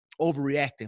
overreacting